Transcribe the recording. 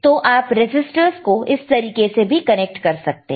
तो आप रेसिस्टर्स को इस तरीके से भी कनेक्ट कर सकते हैं